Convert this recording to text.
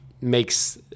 makes